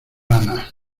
rana